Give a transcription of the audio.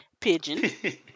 Pigeon